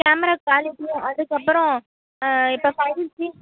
camera quality அதுக்கப்பறம் இப்போ five G